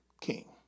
king